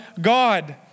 God